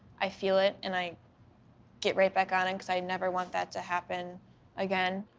i feel it and i get right back on, and cause i never want that to happen again.